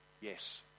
yes